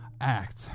act